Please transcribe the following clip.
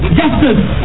justice